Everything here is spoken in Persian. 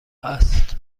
است